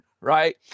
right